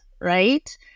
right